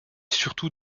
surtout